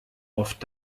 oft